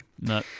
No